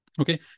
Okay